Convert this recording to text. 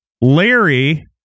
Larry